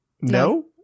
No